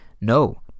no